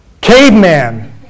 caveman